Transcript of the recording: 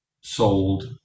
sold